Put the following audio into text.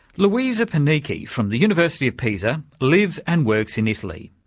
luisa panichi from the university of pisa, lives and works in italy,